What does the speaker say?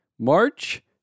March